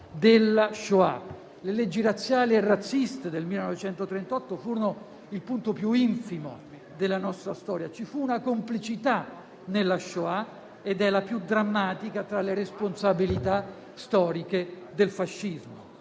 Le leggi razziali e razziste del 1938 furono il punto più infimo della nostra storia, ci fu una complicità nella *shoah* ed è la più drammatica tra le responsabilità storiche del fascismo.